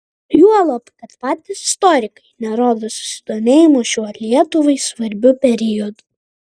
juolab kad patys istorikai nerodo susidomėjimo šiuo lietuvai svarbiu periodu